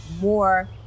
more